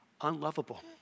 unlovable